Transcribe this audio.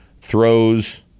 throws